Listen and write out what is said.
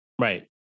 Right